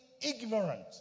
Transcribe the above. ignorant